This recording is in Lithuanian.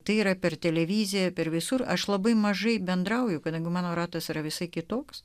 tai yra per televiziją per visur aš labai mažai bendrauju kadangi mano ratas yra visai kitoks